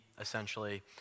essentially